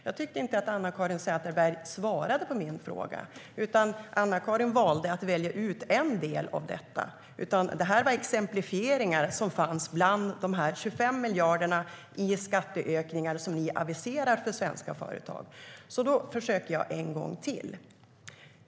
Jag tyckte inte att Anna-Caren Sätherberg svarade på min fråga. Hon valde att välja ut en del av detta. Detta var exemplifieringar som fanns bland de 25 miljarder i skatteökningar som ni aviserar för svenska företag. Jag försöker en gång till.